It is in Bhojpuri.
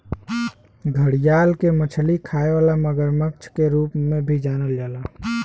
घड़ियाल के मछली खाए वाला मगरमच्छ के रूप में भी जानल जाला